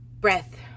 breath